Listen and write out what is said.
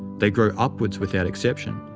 they grow upwards without exception.